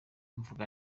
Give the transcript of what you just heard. mvuga